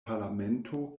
parlamento